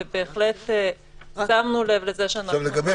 ובהחלט שמנו לב לזה שאנחנו מחמירים --- לגבי